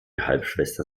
halbschwester